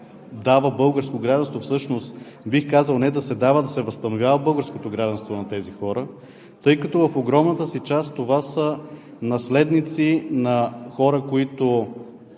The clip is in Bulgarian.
се дава българско гражданство. Бих казал, не да се дава, да се възстановява българското гражданство на тези хора, тъй като в огромната си част това са наследници на хора, които